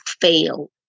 fail